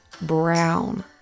brown